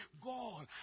God